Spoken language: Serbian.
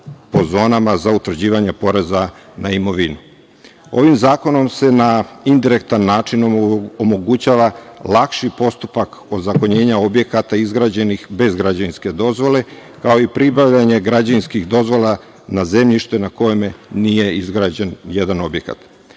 po zonama za utvrđivanje poreza na imovinu. Ovim zakonom se na indirektan način omogućava lakši postupak ozakonjenja objekata izgrađenih bez građevinske dozvole, kao i pribavljanje građevinskih dozvola na zemljištu na kojem nije izgrađen jedan objekat.